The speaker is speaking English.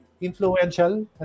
influential